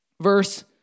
verse